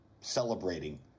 celebrating